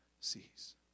sees